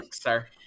sir